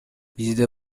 бизде